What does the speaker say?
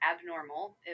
abnormal